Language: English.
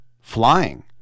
flying